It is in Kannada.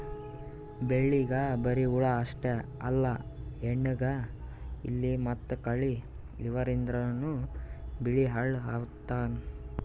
ಬೆಳಿಗ್ ಬರಿ ಹುಳ ಅಷ್ಟೇ ಅಲ್ಲ ಹೆಗ್ಗಣ, ಇಲಿ ಮತ್ತ್ ಕಳಿ ಇವದ್ರಿಂದನೂ ಬೆಳಿ ಹಾಳ್ ಆತವ್